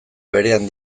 berean